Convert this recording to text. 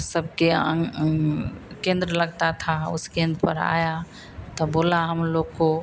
सबके अंग अंग केन्द्र लगता था उस केन्द्र पर आया तो बोला हम लोग को